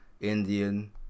Indian